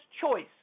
choice